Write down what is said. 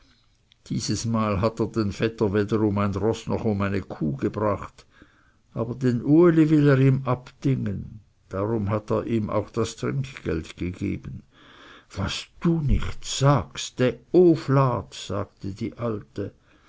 diesesmal hat er den vetter weder um ein roß noch um eine kuh gebracht aber den uli will er ihm ab dingen darum hat er ihm auch das trinkgeld gegeben was du nicht sagst dä uflat sagte die alte